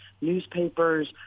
newspapers